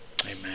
Amen